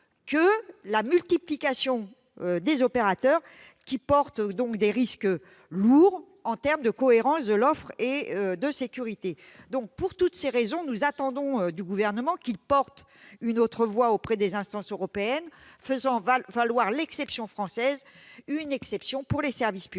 qu'une multiplication des opérateurs, cette option étant porteuse de risques lourds en termes de cohérence de l'offre et de sécurité. Pour toutes ces raisons, nous attendons du Gouvernement qu'il porte une autre voix auprès des instances européennes et qu'il fasse valoir l'exception française, pour les services publics